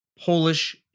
Polish